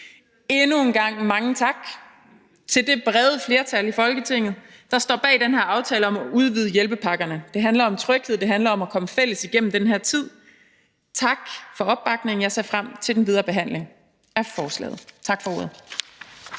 Endnu en gang mange tak til det brede flertal i Folketinget, der står bag den her aftale om at udvide hjælpepakkerne. Det handler om tryghed, og det handler om at komme fælles igennem den her tid. Tak for opbakningen. Jeg ser frem til den videre behandling af forslaget. Tak for ordet.